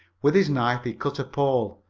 with his knife he cut a pole,